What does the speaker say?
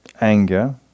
anger